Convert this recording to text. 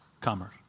commerce